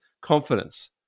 confidence